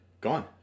Gone